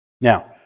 Now